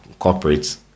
corporates